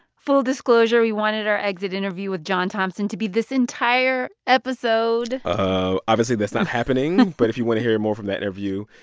full disclosure we wanted our exit interview with john thompson to be this entire episode obviously, that's not happening but if you want to hear more from that interview,